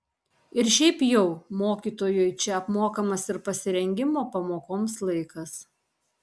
ir šiaip jau mokytojui čia apmokamas ir pasirengimo pamokoms laikas